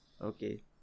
Okay